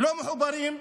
לא מחוברים,